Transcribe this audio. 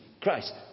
Christ